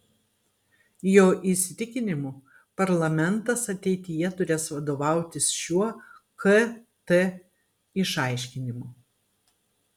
jo įsitikinimu parlamentas ateityje turės vadovautis šiuo kt išaiškinimu